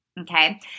Okay